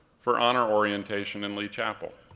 for honor orientation in lee chapel.